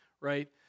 right